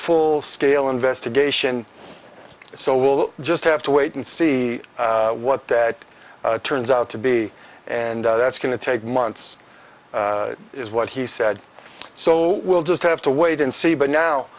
full scale investigation so we'll just have to wait and see what that turns out to be and that's going to take months is what he said so we'll just have to wait and see but now